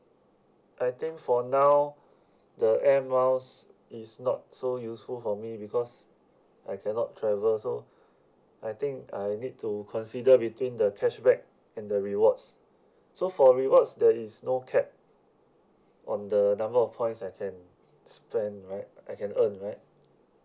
I think for now the air miles is not so useful for me because I cannot travel so I think I need to consider between the cashback and the rewards so for rewards there is no cap on the number of points I can spend right I can earn right